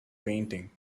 painting